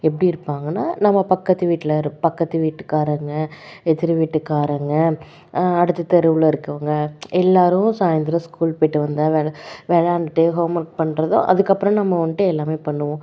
எப்படி இருப்பாங்கன்னால் நம்ம பக்கத்து வீட்டிலருப் பக்கத்து வீட்டுக்காரங்கள் எதிர் வீட்டுக்காரங்கள் அடுத்த தெருவில் இருக்கவங்கள் எல்லாரும் சாயந்தரம் ஸ்கூல் போய்ட்டு வந்தால் வெள விளாண்டுட்டு ஹோம்ஒர்க் பண்ணுறதோ அதுக்கப்புறம் நம்ம வந்துட்டு எல்லாமே பண்ணுவோம்